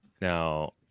Now